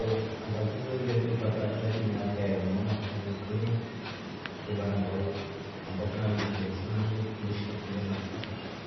Ambacho ngile lolya ngilepata ajali miaka ya nyuma maktri yalentonia twebara mbau, ambapo yale nguumisa sana ngile mishika kitende mara katratu